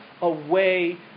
away